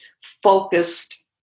focused